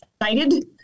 excited